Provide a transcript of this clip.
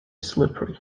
slippery